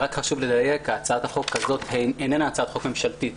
קודם כל חשוב לי להעיר שהצעת החוק הזו איננה הצעת חוק ממשלתית.